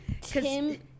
Tim